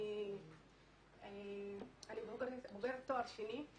אני בוגרת תואר שני.